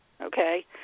okay